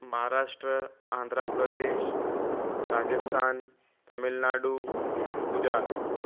Maharashtra Andhra Pradesh Rajasthan Tamil Nadu Gujarat